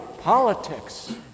politics